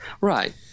Right